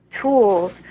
tools